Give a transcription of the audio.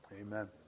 Amen